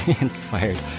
inspired